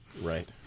Right